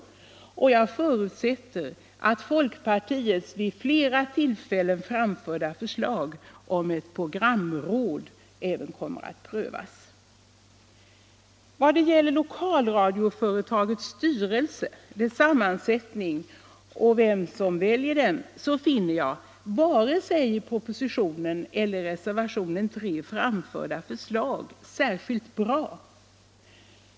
Jag förutsätter att folkpartiets vid flera tillfällen framförda förslag om ett programråd även kommer att prövas. Vad gäller lokalradioföretagets styrelse, dess sammansättning och vem som väljer den finner jag varken i propositionen eller i reservationen 3 framförda förslag särskilt bra.